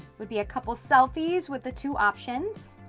would be a couple of selfies with the two options.